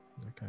okay